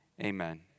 Amen